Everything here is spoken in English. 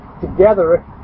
together